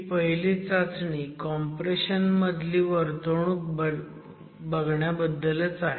ही पहिली चाचणी कॉम्प्रेशन मधली वर्तणूक बघण्याबद्दल आहे